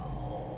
orh